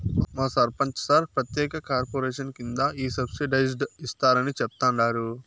మా సర్పంచ్ సార్ ప్రత్యేక కార్పొరేషన్ కింద ఈ సబ్సిడైజ్డ్ ఇస్తారని చెప్తండారు